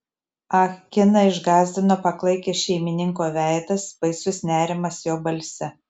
ah kiną išgąsdino paklaikęs šeimininko veidas baisus nerimas jo balse